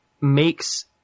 makes